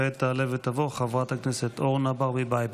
כעת תעלה ותבוא חברת הכנסת אורנה ברביבאי.